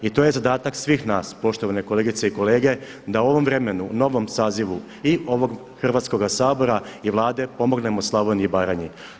I to je zadatak svih nas poštovane kolegice i kolege da u ovom vremenu, novom sazivu i ovog Hrvatskoga sabora i Vlade pomognemo Slavoniji i Baranji.